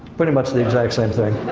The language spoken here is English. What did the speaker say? pretty much the exact same thing.